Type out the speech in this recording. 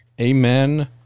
Amen